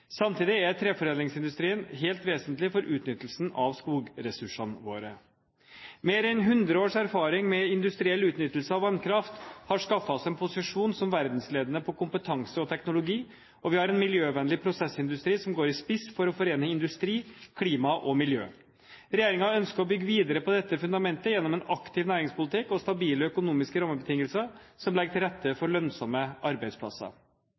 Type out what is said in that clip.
Samtidig er treforedlingsindustrien helt vesentlig for utnyttelse av skogressursene våre. Mer enn hundre års erfaring med industriell utnyttelse av vannkraft har skaffet oss en posisjon som verdensledende på kompetanse og teknologi, og vi har en miljøvennlig prosessindustri som går i spiss for å forene industri, klima og miljø. Regjeringen ønsker å bygge videre på dette fundamentet gjennom en aktiv næringspolitikk og stabile økonomiske rammebetingelser som legger til rette for lønnsomme arbeidsplasser.